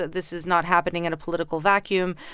this is not happening in a political vacuum.